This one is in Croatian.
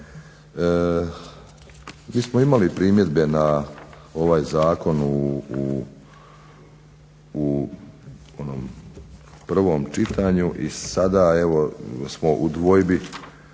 Mi smo imali primjedbe na ovaj zakon u onom prvom čitanju i sada evo smo u dvojbi